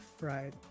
right